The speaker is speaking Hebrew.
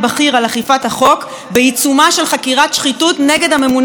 בעיצומה של חקירת שחיתות נגד הממונה הראשי על הממשלה,